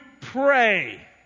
pray